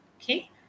Okay